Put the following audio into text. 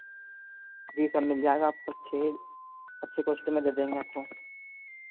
जी सब मिल जाएगा आपको अच्छे अच्छी कॉस्ट में दे देंगे आपको